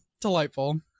delightful